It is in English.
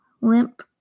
limp